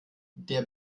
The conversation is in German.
der